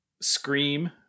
Scream